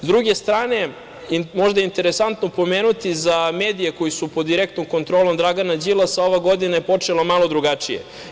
S druge strane, možda je interesantno pomenuti za medije koji su pod direktnom kontrolom Dragana Đilasa, ova godina je počela malo drugačije.